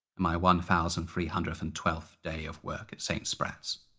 my one thousand three hundred and twelfth day of work at st spratt's.